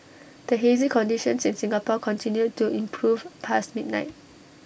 the hazy conditions in Singapore continued to improve past midnight